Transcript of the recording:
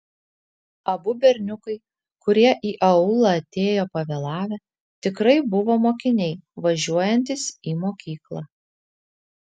abu berniukai kurie į aulą atėjo pavėlavę tikrai buvo mokiniai važiuojantys į mokyklą